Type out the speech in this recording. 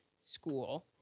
school